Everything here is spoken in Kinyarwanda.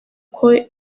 uko